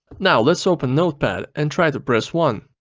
now let's open notepad and try to press one.